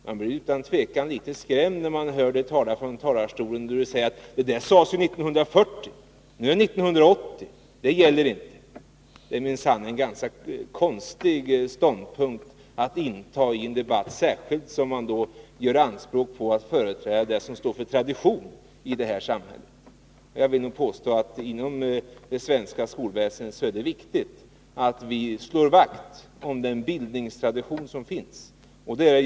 Man blir utan tvivel litet skrämd när man hör Per Unckel tala från talarstolen. Han påpekade att det där sades 1940 och att det nu är 1980, så det gäller inte. Det är minsann en ganska konstig ståndpunkt att inta i en debatt, särskilt som man gör anspråk på att företräda det som står för tradition här i samhället. Jag vill nog påstå att det är viktigt att vi slår vakt om den bildningstradition som finns inom det svenska skolväsendet.